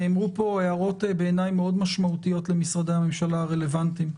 נאמרו פה הערות משמעותיות מאוד בעיניי למשרדי הממשלה הרלוונטיים,